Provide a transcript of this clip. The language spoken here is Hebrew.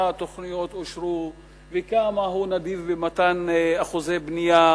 תוכניות אושרו וכמה הוא נדיב במתן אחוזי בנייה,